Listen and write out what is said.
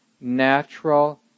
natural